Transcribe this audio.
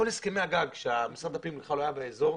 כל הסכמי הגג שמשרד הפנים בכלל לא היה באזור,